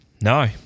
no